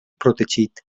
protegit